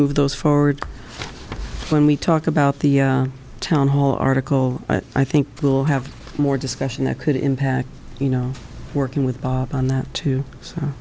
move those forward when we talk about the town hall article i think we'll have more discussion that could impact you know working with bob on that to